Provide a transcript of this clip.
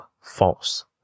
false